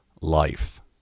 life